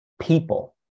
people